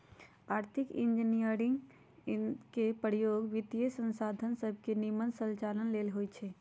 आर्थिक इंजीनियरिंग में इंजीनियरिंग के प्रयोग वित्तीयसंसाधन सभके के निम्मन संचालन लेल होइ छै